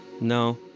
No